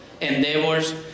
endeavors